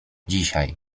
dzisiaj